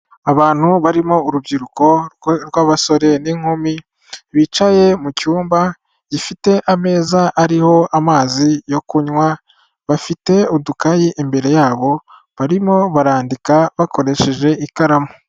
Abantu barimo urubyiruko rw'abasore n'inkumi bicaye mu cyumba gifite ameza ariho amazi yo kunywa bafite udukayi imbere yabo, barimo barandika bakoresheje ikaramu.